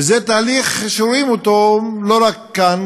וזה תהליך שרואים אותו לא רק כאן.